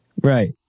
Right